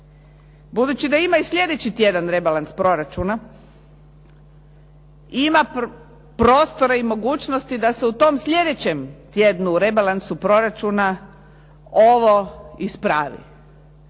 Budući da ima i sljedeći tjedan rebalans proračuna, ima prostora i mogućnosti da se u tom sljedećem tjednu u rebalansu proračuna ovo ispravi,